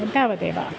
तावदेव